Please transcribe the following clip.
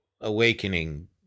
awakening